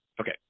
Okay